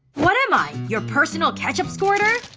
what am i, your personal ketchup squirter?